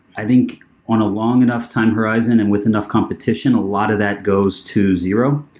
i think on a long enough time horizon and with enough competition, a lot of that goes to zero.